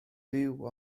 fyw